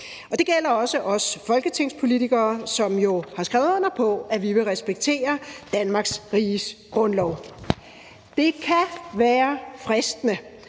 Det gælder også os folketingspolitikere, som jo har skrevet under på, at vi vil respektere Danmarks Riges Grundlov. Det kan være fristende